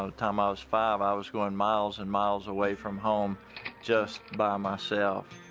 ah the time i was five, i was going miles and miles away from home just by myself.